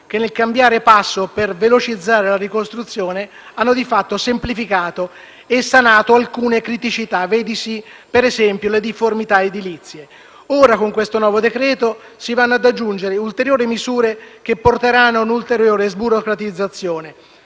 che, nel cambiare passo per velocizzare la ricostruzione, hanno di fatto semplificato e sanato alcune criticità (vedansi per esempio le difformità edilizie). Ora, con questo nuovo decreto-legge, si vanno ad aggiungere ulteriori misure, che porteranno a un'ulteriore sburocratizzazione.